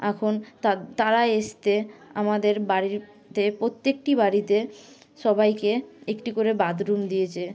এখন তারা আসতে আমাদের বাড়িতে প্রত্যেকটি বাড়িতে সবাইকে একটি করে বাথরুম দিয়েছে